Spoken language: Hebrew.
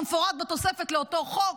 כמפורט בתוספת לאותו חוק.